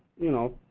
you know,